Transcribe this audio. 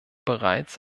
bereits